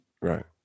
Right